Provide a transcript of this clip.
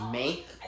make